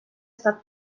estat